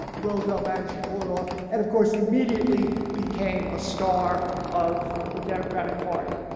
roosevelt managed to pull it off and of course immediately became a star of the democratic party.